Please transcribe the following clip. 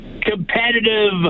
competitive